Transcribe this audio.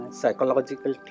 psychological